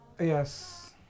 Yes